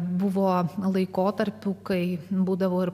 buvo laikotarpių kai būdavo ir